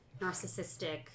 narcissistic